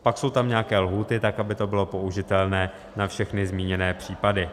Pak jsou tam nějaké lhůty tak, aby to bylo použitelné na všechny zmíněné případy.